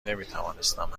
نمیتوانستم